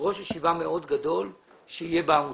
מראש ישיבה מאוד גדול שיהיה בעמותה.